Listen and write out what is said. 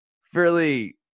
fairly